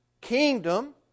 kingdom